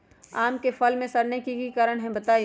आम क फल म सरने कि कारण हई बताई?